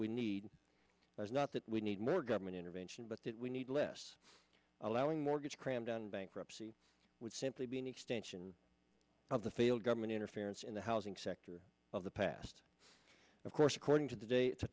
we need is not that we need more government intervention but that we need less allowing mortgage cramdown bankruptcy would simply be an extension of the failed government interference in the housing sector of the past of course according to the dat